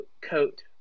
coat